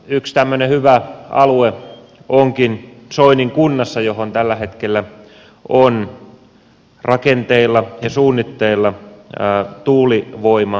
yksi tämmöinen hyvä alue onkin soinin kunnassa johon tällä hetkellä on rakenteilla ja suunnitteilla tuulivoimapuisto